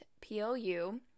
PLU